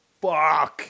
fuck